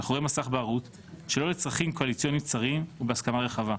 מאחורי מסך בערות שלא לצרכים קואליציוניים צרים ובהסכמה רחבה.